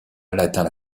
atteint